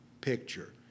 picture